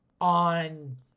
on